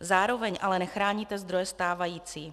Zároveň ale nechráníte zdroje stávající.